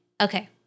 Okay